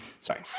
Sorry